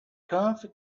comfy